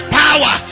power